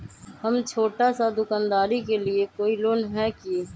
हम छोटा सा दुकानदारी के लिए कोई लोन है कि?